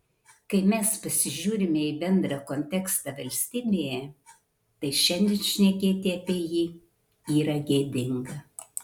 kai mes pasižiūrime į bendrą kontekstą valstybėje tai šiandien šnekėti apie jį yra gėdinga